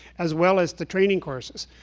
as well as the training courses.